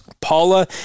Paula